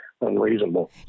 unreasonable